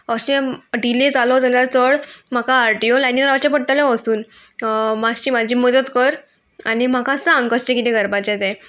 अशें डिले जालो जाल्यार चड म्हाका आर टी ओ लायनीन रावचें पडटलें वसून मातशी म्हाजी मदत कर आनी म्हाका सांग कशें किदें करपाचें तें